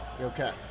Okay